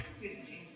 visiting